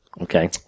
Okay